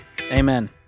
Amen